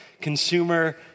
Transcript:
consumer